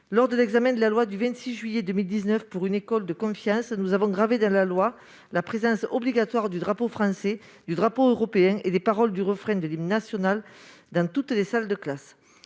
Lors de l'examen de la loi du 26 juillet 2019 pour une école de confiance, nous avons gravé dans notre droit la présence obligatoire du drapeau français, du drapeau européen et des paroles de l'hymne national dans toutes les salles de classe.